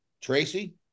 Tracy